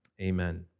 amen